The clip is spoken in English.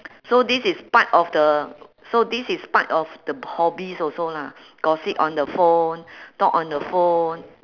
so this is part of the so this is part of the b~ hobbies also lah gossip on the phone talk on the phone